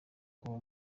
kuva